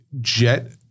Jet